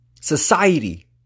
society